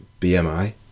BMI